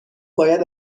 باید